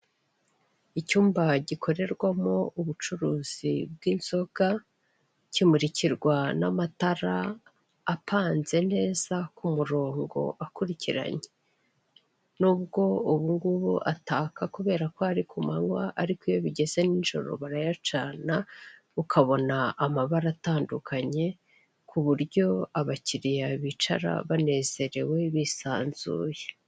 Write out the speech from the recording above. Icyumba gikorerwamo ubucuruzi bw'inzoga, kimurikirwa n'amatara apanze neza ku murongo akurikiranye. Nubwo ubungubu ataka kubera ko ari ku manywa ariko iyo bigeze nijoro barayacana ukabona amabara atandukanye ku buryo abakiriya bicara banezerewe bisanzuye.